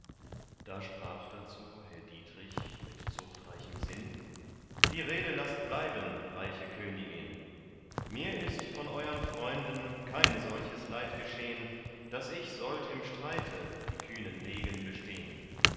da sprach dazu herr dietrich mit zuchtreichem sinn die rede laßt bleiben reiche königin mir ist von euern freunden kein solches leid geschehn daß ich sollt im streite die kühnen degen bestehn